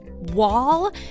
Wall